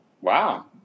Wow